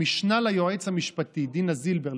המשנה ליועץ המשפטי לשעבר, דינה זילבר,